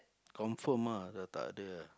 confirm ah dah takde